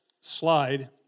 slide